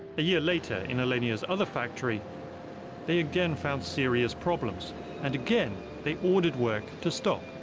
a year later, in alenia's other factory they again found serious problems and again they ordered work to stop.